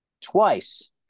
twice